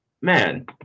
man